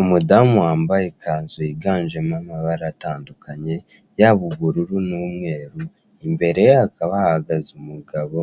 Umudamu wambaye ikanzu yiganjemo amabara atandukanye yaba ubururu n'umweru imbere ye hakaba hahagaze umugabo,